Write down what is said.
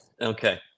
okay